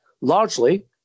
largely